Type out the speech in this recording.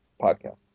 podcast